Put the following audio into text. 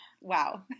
wow